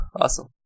awesome